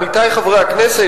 עמיתי חברי הכנסת,